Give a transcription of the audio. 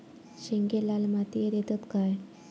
शेंगे लाल मातीयेत येतत काय?